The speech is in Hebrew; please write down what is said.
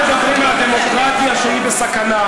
אתם מדברים על דמוקרטיה שהיא בסכנה.